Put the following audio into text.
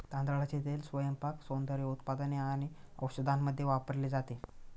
तांदळाचे तेल स्वयंपाक, सौंदर्य उत्पादने आणि औषधांमध्ये वापरले जाते